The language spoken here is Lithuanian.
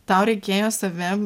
tau reikėjo save